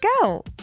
go